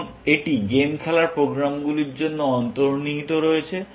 এখন এটি গেম খেলার প্রোগ্রামগুলির জন্য অন্তর্নিহিত রয়েছে